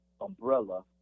Umbrella